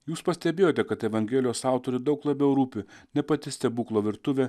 jūs pastebėjote kad evangelijos autoriui daug labiau rūpi ne pati stebuklų virtuvė